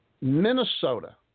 Minnesota